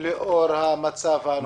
לאור המצב הנוכחי?